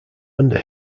under